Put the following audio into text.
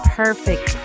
perfect